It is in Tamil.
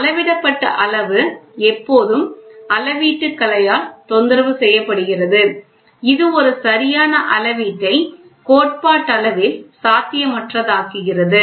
அளவிடப்பட்ட அளவு எப்போதும் அளவீட்டுக் கலையால் தொந்தரவு செய்யப்படுகிறது இது ஒரு சரியான அளவீட்டை கோட்பாட்டளவில் சாத்தியமற்றதாக்குகிறது